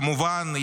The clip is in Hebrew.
כמובן,